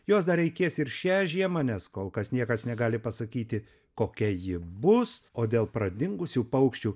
jos dar reikės ir šią žiemą nes kol kas niekas negali pasakyti kokia ji bus o dėl pradingusių paukščių